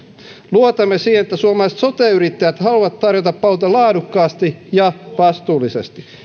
luotamme siihen että suomalaiset sote yrittäjät haluavat tarjota palveluita laadukkaasti ja vastuullisesti